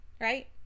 Right